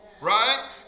right